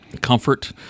comfort